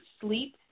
sleep